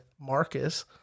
Marcus